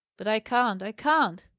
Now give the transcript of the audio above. but i can't i can't!